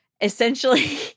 essentially